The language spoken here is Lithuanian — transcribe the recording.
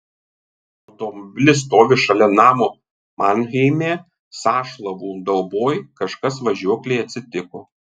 automobilis stovi šalia namo manheime sąšlavų dauboj kažkas važiuoklei atsitiko